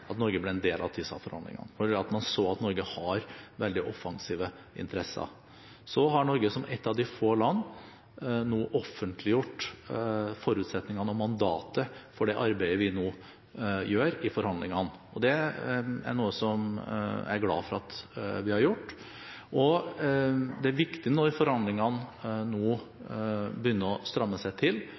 at Norge ble en del av TISA-forhandlingene, fordi man så at Norge har veldig offensive interesser. Så har Norge, som ett av få land, nå offentliggjort forutsetningene og mandatet for det arbeidet vi nå gjør i forhandlingene, og det er noe som jeg er glad for at vi har gjort. Det er viktig når forhandlingene nå begynner å stramme seg til,